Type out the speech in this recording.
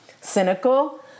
cynical